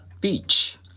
beach